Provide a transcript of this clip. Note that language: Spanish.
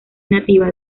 nativa